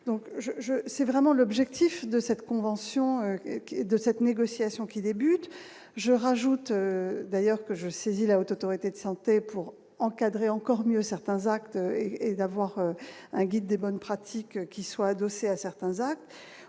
c'est vraiment l'objectif de cette convention, qui est de cette négociation qui débute je rajoute d'ailleurs que je saisis la Haute autorité de santé pour encadrer encore mieux certains actes et d'avoir un guide des bonnes pratiques qui soient adossés à certains actes,